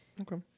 Okay